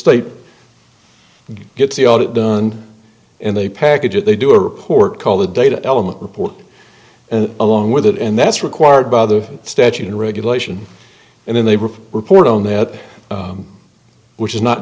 state gets the audit done and they package it they do a report called the data element report and along with it and that's required by the statute or regulation and then they refer report on that which is not